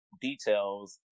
details